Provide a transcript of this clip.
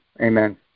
Amen